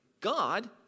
God